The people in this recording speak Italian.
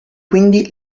quindi